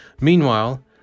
meanwhile